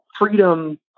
freedom